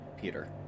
Peter